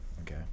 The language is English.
Okay